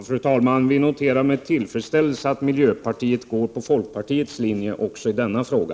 Fru talman! Vi noterar med tillfredsställelse att miljöpartiet går på folkpartiets linje också i denna fråga.